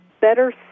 better